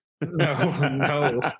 no